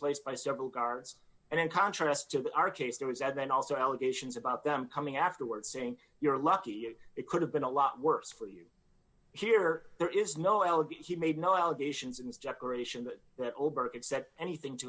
place by several guards and in contrast to our case there was and then also allegations about them coming afterward saying you're lucky it could have been a lot worse for you here there is no l b he made no allegations and generation but ober it said anything to